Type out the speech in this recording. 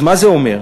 אז מה זה אומר?